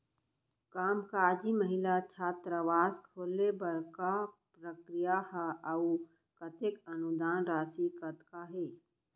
कामकाजी महिला छात्रावास खोले बर का प्रक्रिया ह अऊ कतेक अनुदान राशि कतका हे?